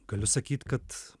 galiu sakyt kad